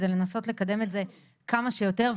כדי לנסות לקדם את זה כמה שיותר.